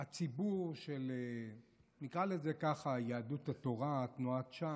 הציבור, נקרא לזה ככה, של יהדות התורה, תנועת ש"ס,